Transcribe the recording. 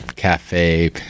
cafe